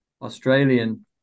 australian